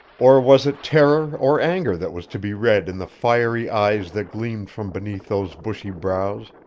or was it terror or anger that was to be read in the fiery eyes that gleamed from beneath those bushy brows,